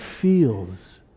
feels